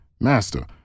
Master